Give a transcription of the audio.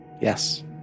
Yes